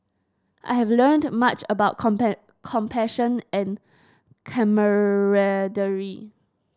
I have learned much about compassion and camaraderie